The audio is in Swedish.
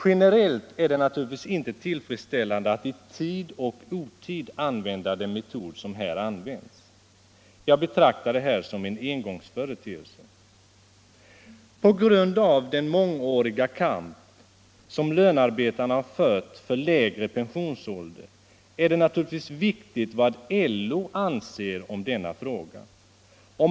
Generellt är det naturligtvis inte tillfredsställande att i tid och otid använda den metod som här har använts. Jag betraktar det som en engångsföreteelse. På grund av den mångåriga kamp som lönarbetarna har fört för lägre pensionsålder är det naturligtvis viktigt vad LO anser om denna fråga.